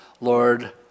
Lord